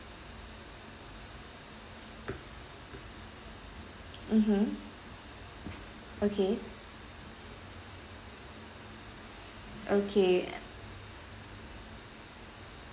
mmhmm okay okay